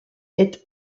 est